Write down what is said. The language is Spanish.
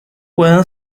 pueden